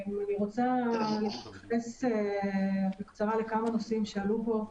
אני רוצה להתייחס בקצרה לכמה נושאים שעלו פה.